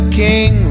king